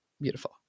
beautiful